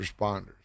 responders